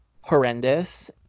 horrendous